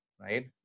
right